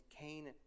Cain